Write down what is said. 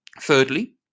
Thirdly